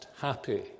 happy